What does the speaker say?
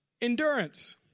Endurance